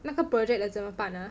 那个 project 了怎么办 ah